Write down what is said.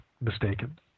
mistaken